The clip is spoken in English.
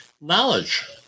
knowledge